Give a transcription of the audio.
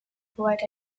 provides